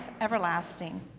everlasting